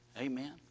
Amen